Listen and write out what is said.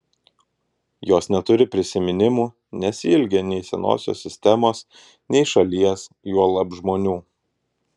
jos neturi prisiminimų nesiilgi nei senosios sistemos nei šalies juolab žmonių